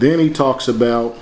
then he talks about